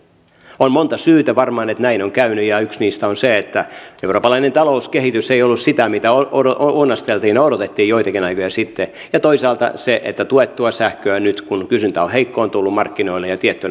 on varmaan monta syytä siihen että näin on käynyt ja yksi niistä on se että eurooppalainen talouskehitys ei ollut sitä mitä ounasteltiin ja odotettiin joitakin aikoja sitten ja toisaalta se että tuettua sähköä nyt kun kysyntä on heikkoa on tullut markkinoille ja tietyn